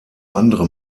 andere